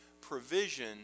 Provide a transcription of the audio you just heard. provision